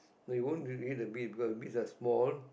they won't read the bids because bids are small